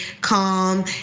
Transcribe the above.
calm